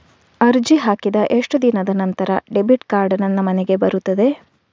ಅರ್ಜಿ ಹಾಕಿದ ಎಷ್ಟು ದಿನದ ನಂತರ ಡೆಬಿಟ್ ಕಾರ್ಡ್ ನನ್ನ ಮನೆಗೆ ಬರುತ್ತದೆ?